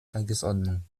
tagesordnung